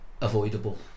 avoidable